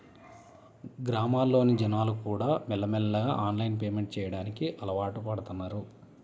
గ్రామాల్లోని జనాలుకూడా మెల్లమెల్లగా ఆన్లైన్ పేమెంట్ చెయ్యడానికి అలవాటుపడుతన్నారు